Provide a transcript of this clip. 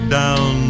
down